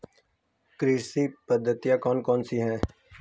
कृषि पद्धतियाँ कौन कौन सी हैं?